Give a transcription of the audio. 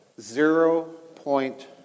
zero-point